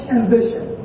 ambition